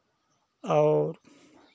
और